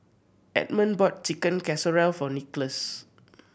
Edmund bought Chicken Casserole for Nicolas